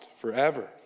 forever